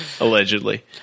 Allegedly